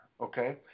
Okay